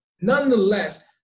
nonetheless